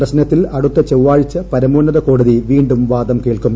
പ്രശ്നത്തിൽ അട്ടുത്ത് ചൊവ്വാഴ്ച പരമോന്നത കോടതി വീണ്ടും വാദം ക്കേൾക്കും